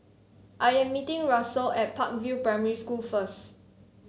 I am meeting Russell at Park View Primary School first